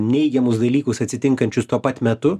neigiamus dalykus atsitinkančius tuo pat metu